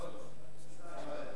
ישראל.